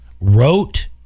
wrote